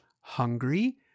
hungry